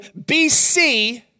BC